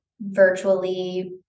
virtually